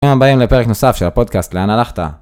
ברוכים הבאים לפרק נוסף של הפודקאסט "לאן הלכת?"